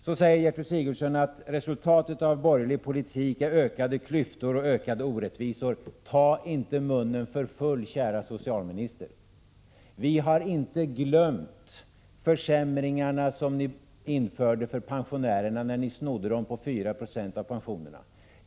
Så säger Gertrud Sigurdsen att resultatet av borgerlig politik är ökade klyftor och ökade orättvisor. Ta inte munnen för full, kära socialminister! Vi har inte glömt försämringarna för pensionärerna när ni ”snodde” dem på 4 Jo av pensionerna.